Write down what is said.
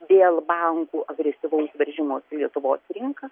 dėl bankų agresyvaus veržimosi į lietuvos rinką